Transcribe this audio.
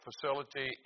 Facility